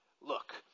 Look